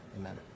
amen